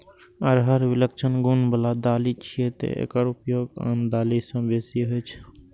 अरहर विलक्षण गुण बला दालि छियै, तें एकर उपयोग आन दालि सं बेसी होइ छै